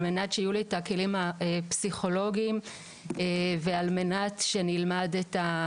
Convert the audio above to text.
על מנת שיהיו לי את הכלים הפסיכולוגיים ועל מנת שאני אלמד גם את ה-,